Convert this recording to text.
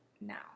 now